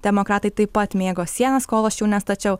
demokratai taip pat mėgo sienas kol aš jų nestačiau